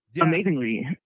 amazingly